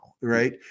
right